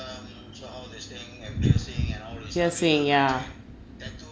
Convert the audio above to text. piercing yeah